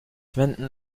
wenden